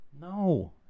No